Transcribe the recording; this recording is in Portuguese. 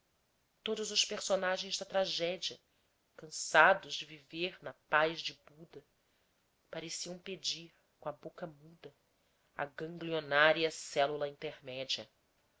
todos os personagens da tragédia cansados de viver na paz de buda pareciam pedir com a boca muda a ganglionária célula intermédia